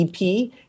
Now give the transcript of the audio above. ep